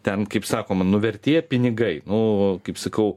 ten kaip sakoma nuvertėja pinigai nu kaip sakau